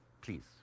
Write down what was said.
please